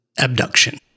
abduction